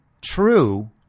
true